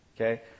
Okay